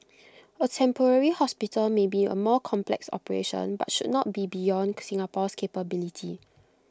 A temporary hospital may be A more complex operation but should not be beyond Singapore's capability